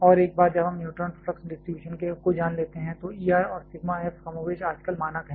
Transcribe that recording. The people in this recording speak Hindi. और एक बार जब हम न्यूट्रॉन फ्लक्स डिस्ट्रीब्यूशन को जान लेते हैं तो E R और सिग्मा f कमोबेश आजकल मानक हैं